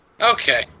Okay